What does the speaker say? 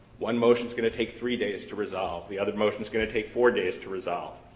one motion's going to take three days to resolve the other motion's going to take four days to resolve.